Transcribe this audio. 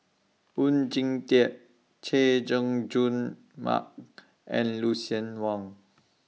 Oon Jin Teik Chay Jung Jun Mark and Lucien Wang